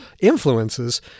influences